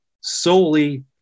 solely –